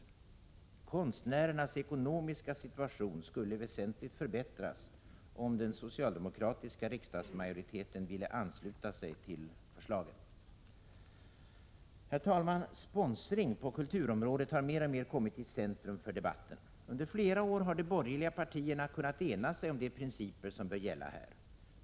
Konstnärernas ekonomiska situation skulle väsentligt förbättras om den socialdemokratiska riksdagsmajoriteten ville ansluta sig till förslagen. Herr talman! Sponsring på kulturområdet har mer och mer kommit i centrum för debatten. Under flera år har de borgerliga partierna kunnat ena sig om de principer som bör gälla här.